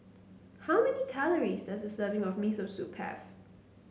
how many calories does a serving of Miso Soup have